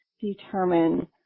determine